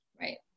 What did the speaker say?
Right